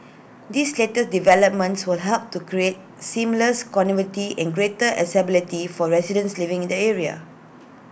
these letter developments will help to create seamless connectivity and greater accessibility for residents living in the area